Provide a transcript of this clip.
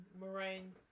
Moraine